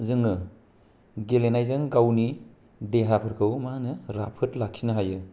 जोङो गेलेनायजों गावनि देहाफोरखौ माहोनो राफोद लाखिनो हायो